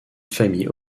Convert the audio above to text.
famille